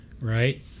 Right